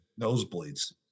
nosebleeds